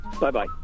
Bye-bye